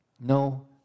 No